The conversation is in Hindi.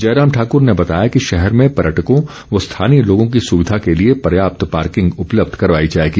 जयराम ठाकूर ने बताया कि शहर भें पर्यटकों व स्थानीय लोगों की सुविधा के लिए पर्याप्त पार्किंग उपलब्ध करवाई जाएगी